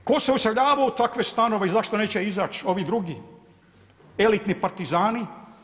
Tko se useljavao u takve stanove i zašto neće izać ovi drugi, elitni partizani?